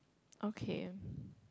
okay